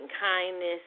kindness